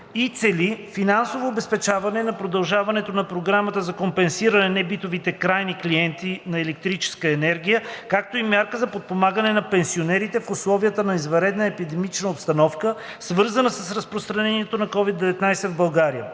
и цели финансово обезпечаване на продължаването на програмата за компенсиране на небитовите крайни клиенти на електрическа енергия, както и мярка за подпомагане на пенсионерите в условията на извънредна епидемична обстановка, свързана с разпространението на COVID-19 в България.